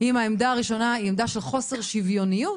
אם העמדה הראשונה היא עמדה של חוסר שוויוניות,